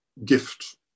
gift